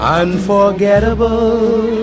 unforgettable